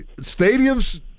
Stadiums